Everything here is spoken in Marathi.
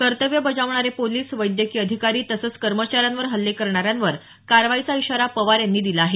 कर्तव्य बजावणारे पोलिस वैद्यकीय अधिकारी तसंच कर्मचाऱ्यांवर हल्ले करणाऱ्यांवर कारवाईचा इशारा पवार यांनी दिला आहे